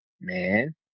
Man